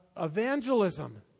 evangelism